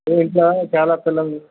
ఈ ఇంట్లో చాలా పిల్లలు